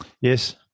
yes